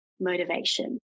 motivation